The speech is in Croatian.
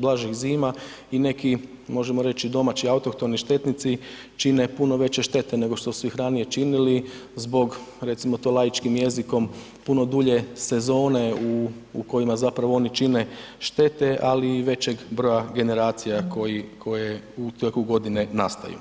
blažih zima i neki, možemo reći, i domaći autohtoni štetnici čine puno veće štete nego što su ih ranije činili zbog, recimo to laičkim jezikom, puno dulje sezone u, u kojima zapravo oni čine štete, ali i većeg broja generacija koji, koje u tijeku godine nastaju.